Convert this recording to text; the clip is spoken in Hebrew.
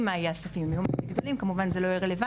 מה יהיה --- כמובן זה לא יהיה רלוונטי,